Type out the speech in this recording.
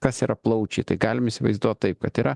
kas yra plaučiai tai galim įsivaizduot taip kad yra